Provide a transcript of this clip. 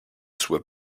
soit